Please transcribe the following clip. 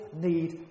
need